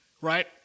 right